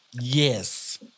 Yes